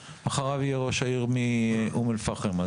אחריו יהיה ראש העיר אום אל פאחם.